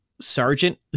Sergeant